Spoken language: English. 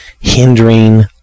hindering